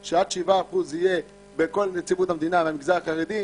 הוא שעד 7% יהיה בנציבות המדינה למגזר החרדי.